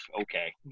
okay